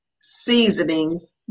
Seasonings